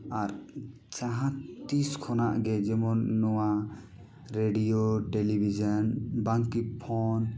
ᱟᱨ ᱡᱟᱦᱟᱸ ᱛᱤᱥ ᱠᱷᱚᱱᱟᱜ ᱜᱮ ᱡᱮᱢᱚᱱ ᱱᱚᱣᱟ ᱨᱮᱰᱤᱭᱳ ᱴᱮᱞᱤᱵᱷᱤᱡᱮᱱ ᱵᱟᱝᱠᱤ ᱯᱷᱳᱱ